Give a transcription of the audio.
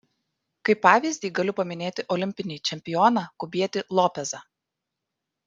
kaip pavyzdį galiu paminėti olimpinį čempioną kubietį lopezą